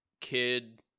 Kid